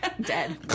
Dead